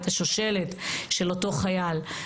את השושלת של אותו חייל.